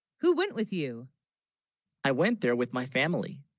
who went with you i? went there with, my family,